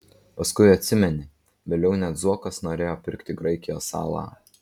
paskui atsimeni vėliau net zuokas norėjo pirkti graikijos salą